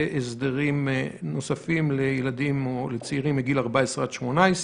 והסדרים נוספים לילדים או לצעירים מגיל 14 עד 18,